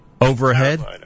Overhead